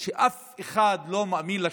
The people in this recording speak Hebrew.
שאף אחד לא מאמין לשני.